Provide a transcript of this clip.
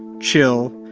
and chill,